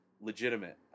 legitimate